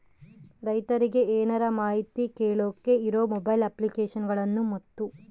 ರೈತರಿಗೆ ಏನರ ಮಾಹಿತಿ ಕೇಳೋಕೆ ಇರೋ ಮೊಬೈಲ್ ಅಪ್ಲಿಕೇಶನ್ ಗಳನ್ನು ಮತ್ತು?